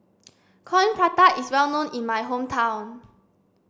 Coin Prata is well known in my hometown